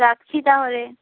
রাখছি তাহলে